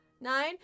nine